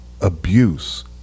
abuse